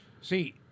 See